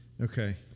Okay